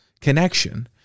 connection